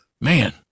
man